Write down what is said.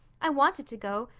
i wanted to go,